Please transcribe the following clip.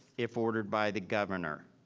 if ordered by the governor.